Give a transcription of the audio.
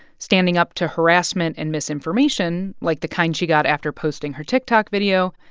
standing up to harassment and misinformation, like the kind she got after posting her tiktok video,